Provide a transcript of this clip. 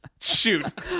shoot